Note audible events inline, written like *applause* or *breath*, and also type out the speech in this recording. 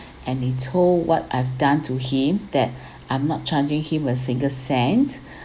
*breath* and he told what I have done to him that *breath* I'm not charging him a single cent *breath*